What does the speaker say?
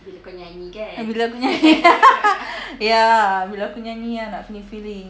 bila aku nyanyi ya bila aku nyanyi nak feeling feeling